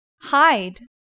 hide